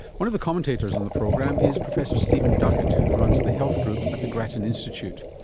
one of the commentators on the program is professor stephen duckett who runs the health group at the grattan institute.